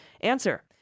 Answer